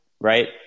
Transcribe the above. right